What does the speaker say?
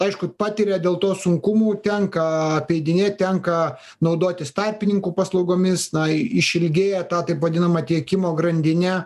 aišku patiria dėl to sunkumų tenka apeidinėt tenka naudotis tarpininkų paslaugomis na išilgėja ta taip vadinama tiekimo grandinė